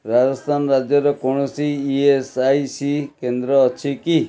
ରାଜସ୍ଥାନ ରାଜ୍ୟରେ କୌଣସି E S I C କେନ୍ଦ୍ର ଅଛି କି